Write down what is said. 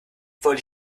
wollte